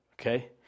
okay